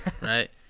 right